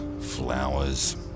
Flowers